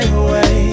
away